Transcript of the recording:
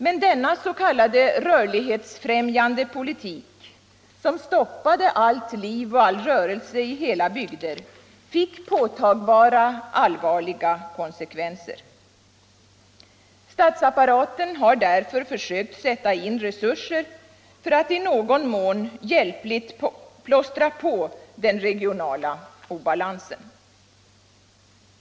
Men denna s.k. rörlighetsfrämjande politik, som stoppade allt av liv och rörelse i hela bygder, fick allvarliga konsekvenser. Statsapparaten har därför försökt sätta in resurser för att hjälpligt plåstra på den regionala obalansen.